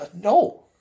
No